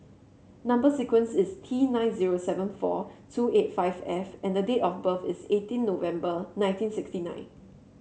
number sequence is T nine zero seven four two eight five F and date of birth is eighteen November nineteen sixty nine